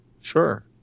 Sure